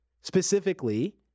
Specifically